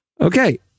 Okay